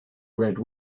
red